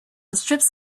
strips